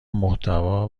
محتوا